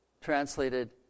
translated